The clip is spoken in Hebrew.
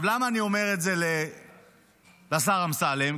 למה אני אומר את זה לשר אמסלם?